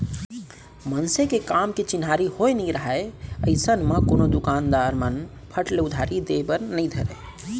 मनसे के काम के चिन्हारी होय नइ राहय अइसन म कोनो दुकानदार मन फट ले उधारी देय बर नइ धरय